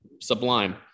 sublime